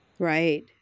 Right